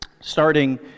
starting